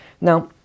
Now